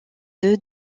deux